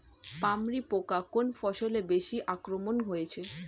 পামরি পোকা কোন ফসলে বেশি আক্রমণ হয়েছে?